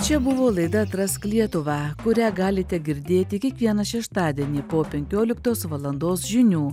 čia buvo laida atrask lietuvą kurią galite girdėti kiekvieną šeštadienį po penkioliktos valandos žinių